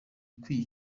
ikwiye